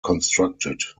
constructed